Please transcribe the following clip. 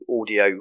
audio